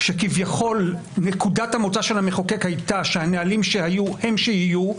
שכביכול נקודת המוצא של המחוקק הייתה שהנהלים שהיו הם שיהיו,